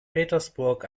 petersburg